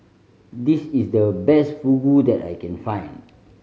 this is the best Fugu that I can find